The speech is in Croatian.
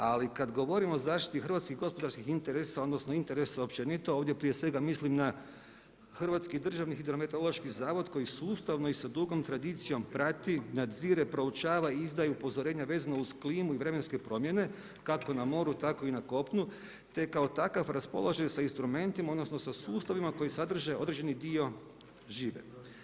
Ali kad govorimo o zaštiti hrvatskih gospodarskih interesa, odnosno interesa općenito ovdje prije svega mislim na Hrvatski državni hidrometeorološki zavod koji sustavno i sa dugom tradicijom prati, nadzire, proučava i izdaje upozorenja vezano uz klimu i vremenske promjene kako na moru tako i na kopnu, te kao takav raspolaže sa instrumentima, odnosno sa sustavima koji sadrže određeni dio žive.